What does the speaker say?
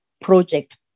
project